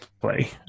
play